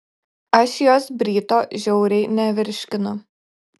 aš jos bryto žiauriai nevirškinu